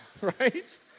right